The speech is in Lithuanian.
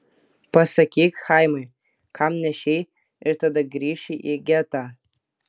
pasakyk chaimai kam nešei ir tada grįši į getą